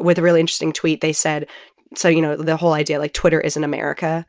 with a really interesting tweet. they said so, you know, the whole idea, like, twitter isn't america.